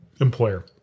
employer